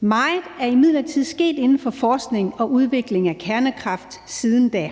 Meget er imidlertid sket inden for forskning og udvikling af kernekraft siden da,